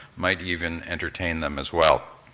might even entertain them as well.